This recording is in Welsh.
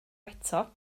eto